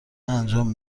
انجام